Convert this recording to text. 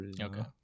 Okay